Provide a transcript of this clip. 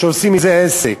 שעושים מזה עסק.